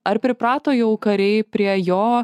ar priprato jau kariai prie jo